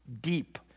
deep